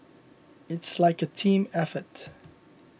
it's like a team effort